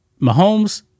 Mahomes